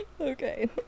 okay